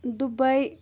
Dubai